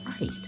right